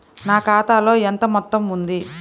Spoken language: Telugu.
నా ఖాతాలో ఎంత మొత్తం ఉంది?